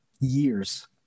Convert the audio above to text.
years